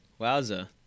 Wowza